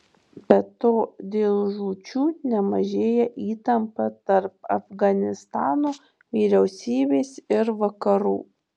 be to dėl žūčių nemažėja įtampa tarp afganistano vyriausybės ir vakarų